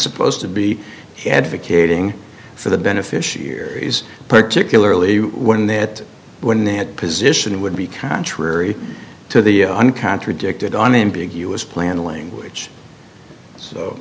supposed to be advocating for the beneficiaries particularly one that when they had position it would be contrary to the un contradicted unambiguous plan language so